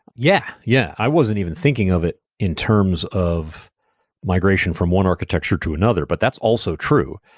yeah. yeah. i wasn't even thinking of it in terms of migration from one architecture to another, but that's also true.